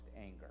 anger